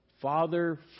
Father